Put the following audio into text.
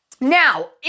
Now